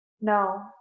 No